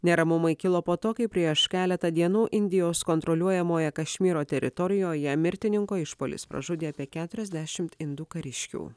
neramumai kilo po to kai prieš keletą dienų indijos kontroliuojamoje kašmyro teritorijoje mirtininko išpuolis pražudė apie keturiasdešimt indų kariškių